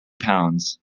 pounds